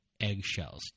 eggshells